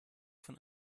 von